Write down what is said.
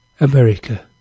America